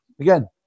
again